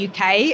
UK